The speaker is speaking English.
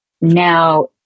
now